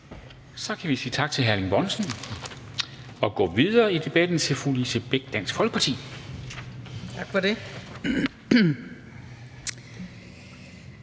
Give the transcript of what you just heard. Så kan vi sige tak til hr. Erling Bonnesen og gå videre i debatten til fru Lise Bech, Dansk Folkeparti. Kl.